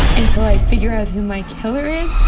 until i figure out who my killer is?